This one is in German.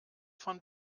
von